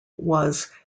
was